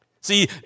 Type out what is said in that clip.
See